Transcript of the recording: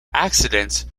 accidents